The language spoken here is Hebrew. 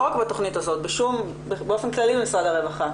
לא רק בתכנית הזאת, באופן כללי למשרד הרווחה?